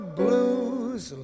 blues